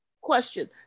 Question